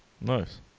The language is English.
Nice